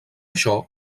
això